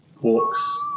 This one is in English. walks